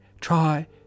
try